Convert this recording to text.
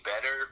better